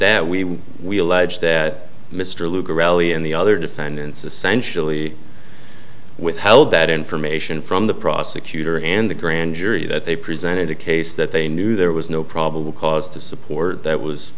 that we we allege that mr luker reli and the other defendants essentially withheld that information from the prosecutor and the grand jury that they presented a case that they knew there was no probable cause to support that was